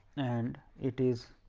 and it is